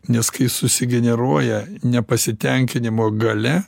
nes kai susigeneruoja nepasitenkinimo galia